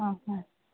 ആ ഹ